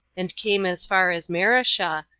and came as far as mareshah,